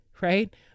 right